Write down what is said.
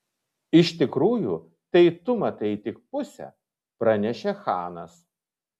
iš tikrųjų tai tu matai tik pusę pranešė chanas